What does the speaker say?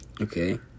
Okay